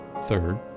Third